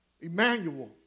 Emmanuel